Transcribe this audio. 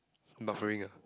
buffering ah